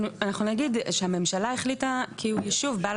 אנחנו נגיד שהממשלה החליטה כי הוא יישוב בעל